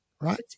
right